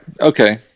okay